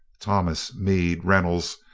thomas, meade, reynolds,